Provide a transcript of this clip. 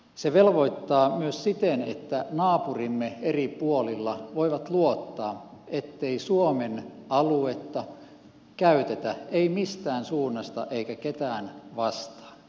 se velvoittaa myös siten että naapurimme eri puolilla voivat luottaa ettei suomen aluetta käytetä ei mistään suunnasta eikä ketään vastaan